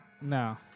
no